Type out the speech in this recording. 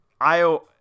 IO